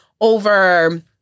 over